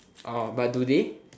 orh but do they